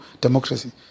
democracy